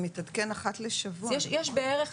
זה מתעדכן אחת לשבוע, נכון?